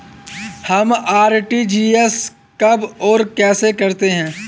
हम आर.टी.जी.एस कब और कैसे करते हैं?